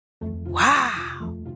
Wow